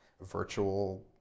virtual